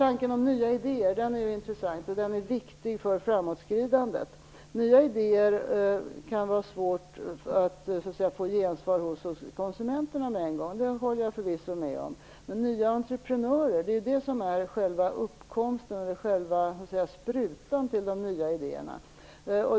Tanken om nya idéer är intressant, och den är viktig för framåtskridandet. Jag håller förvisso med om att det kan vara svårt att med en gång få gensvar hos konsumenterna för nya idéer, men nya entreprenörer är själva källan eller sprutan när det gäller de nya idéerna.